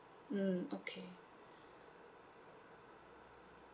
mm okay